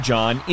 John